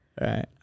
Right